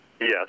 Yes